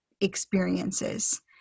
experiences